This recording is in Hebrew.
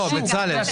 אני